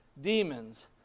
demons